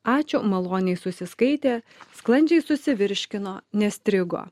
ačiū maloniai susiskaitė sklandžiai susivirškino nestrigo